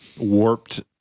warped